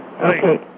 Okay